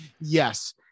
Yes